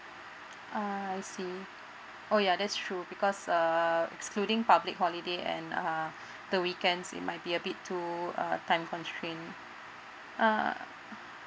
uh I see oh ya that's true because uh excluding public holiday and uh the weekends it might be a bit too uh time constrain uh